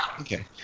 Okay